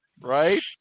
right